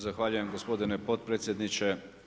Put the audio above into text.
Zahvaljujem gospodine potpredsjedniče.